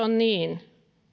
on niin